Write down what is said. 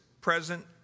present